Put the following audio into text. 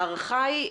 ההערכה היא,